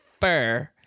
fur